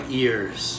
ears